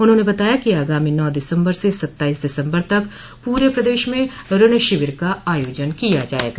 उन्होंने बताया कि आगामी नौ दिसम्बर से सत्ताईस दिसम्बर तक पूरे प्रदेश में ऋण शिविर का आयोजन किया जायेगा